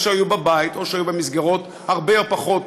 היו בבית או היו במסגרות הרבה או פחות